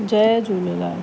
Jay Jhulelal